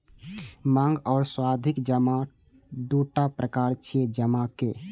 मांग आ सावधि जमा दूटा प्रकार छियै जमा के